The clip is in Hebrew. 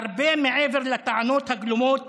הרבה מעבר לטענות הגלומות